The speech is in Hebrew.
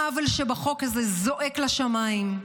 העוול שבחוק הזה זועק לשמיים.